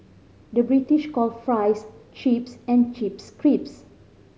the British call fries chips and chips crisps